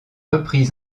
reprises